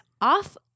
off